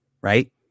right